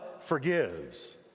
forgives